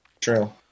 True